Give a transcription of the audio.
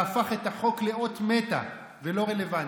והפך את החוק לאות מתה ולא רלוונטית.